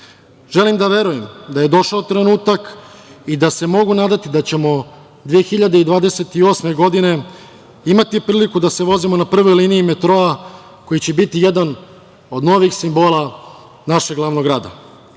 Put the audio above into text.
ljudi. Želim da verujem da je došao trenutak i da se mogu nadati da ćemo 2028. godine imati priliku da se vozimo na prvoj liniji metroa koji će biti jedan od novih simbola našeg glavnog